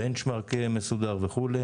בנצ'מרק מסודר וכו'.